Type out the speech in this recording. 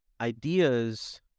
ideas